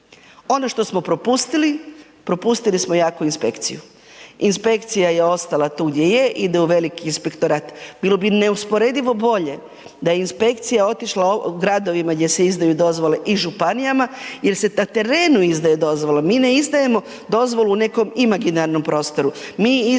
Ono što smo propustili? Propustili smo jaku inspekciju. Inspekcija je ostala tu gdje je. Ide u veliki inspektorat. Bilo bi neusporedivo bolje da je inspekcija otišla gradovima gdje se izdaju dozvole i županijama jer se na terenu izdaju dozvole. Mi ne izdajemo dozvolu nekom imaginarnom prostoru. Mi izdajemo